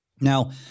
Now